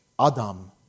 Adam